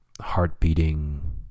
Heart-beating